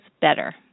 better